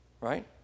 Right